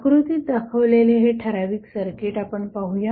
आकृतीत दाखवलेले हे ठराविक सर्किट आपण पाहूया